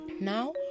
now